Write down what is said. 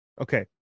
Okay